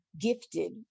gifted